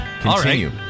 continue